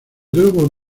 globo